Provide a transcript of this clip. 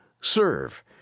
serve